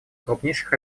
крупнейших